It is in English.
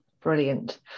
Brilliant